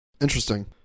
Interesting